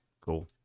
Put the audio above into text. Cool